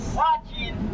watching